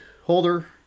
holder